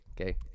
Okay